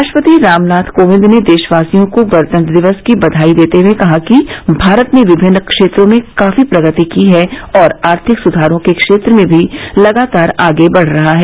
राष्ट्रपति रामनाथ कोविंद ने देशवासियों को गणतंत्र दिवस की बधाई देते हुए कहा है कि भारत ने विभिन्न क्षेत्रों में काफी प्रगति की है और आर्थिक सुधारों के क्षेत्र में भी लगातार आगे बढ़ रहा है